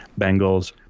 Bengals